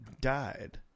died